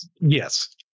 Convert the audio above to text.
Yes